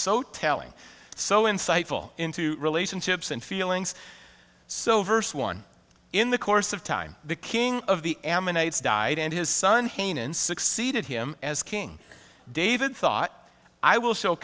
so telling so insightful into relationships and feelings so verse one in the course of time the king of the ammonites died and his son hanan succeeded him as king david thought i will show